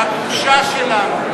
והתחושה שלנו,